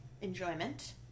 enjoyment